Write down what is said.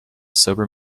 sober